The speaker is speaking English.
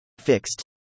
fixed